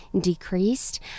decreased